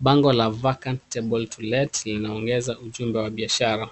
Bango la vacant table to let linaongeza ujumbe wa biashara.